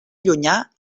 llunyà